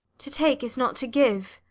to take is not to give.